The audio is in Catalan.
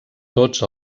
tots